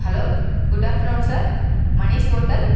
hello good afternoon sir Mani's hotel